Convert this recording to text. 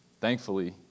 Thankfully